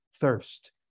thirst